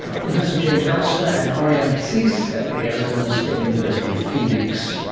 professor james elser and arianne cease at the arizona state university in phoenix